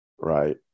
right